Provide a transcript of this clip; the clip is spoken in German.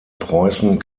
preußen